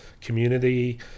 community